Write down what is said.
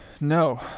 no